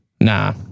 Nah